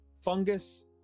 fungus